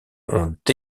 ont